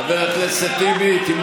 חברת הכנסת פלוסקוב, תודה רבה.